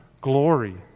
glory